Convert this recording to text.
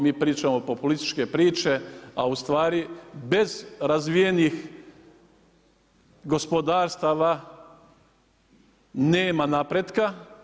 Mi pričamo populističke priče, a u stvari bez razvijenih gospodarstava nema napretka.